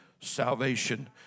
salvation